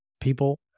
people